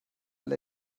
weil